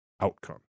outcome